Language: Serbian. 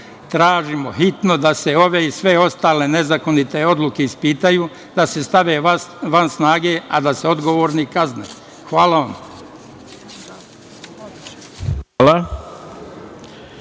sudova. Tražimo hitno da se ove i sve ostale nezakonite odluke ispitaju, da se stave van snage, a da se odgovorni kazne. Hvala vam.